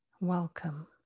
welcome